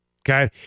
Okay